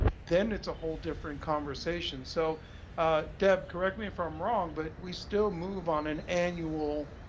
then it's a whole different conversation. so deb correct me if i'm wrong, but we still move on an annual,